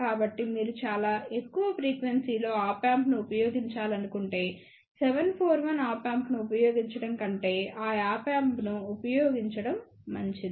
కాబట్టి మీరు చాలా ఎక్కువ ఫ్రీక్వెన్సీ లో ఆప్ యాంప్ ను ఉపయోగించాలనుకుంటే 741 ఆప్ యాంప్ ను ఉపయోగించడం కంటే ఆ ఆప్ యాంప్ ను ఉపయోగించడం మంచిది